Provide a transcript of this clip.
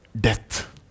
death